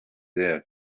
there